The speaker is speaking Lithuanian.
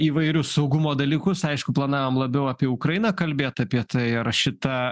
įvairius saugumo dalykus aišku planavom labiau apie ukrainą kalbėt apie tai ar šita